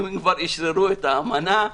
אם אשררו את ההאמנה,